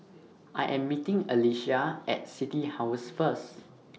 I Am meeting Alysia At City House First